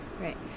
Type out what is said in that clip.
Right